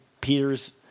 Peter's